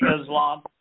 Islam